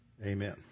Amen